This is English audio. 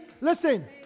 Listen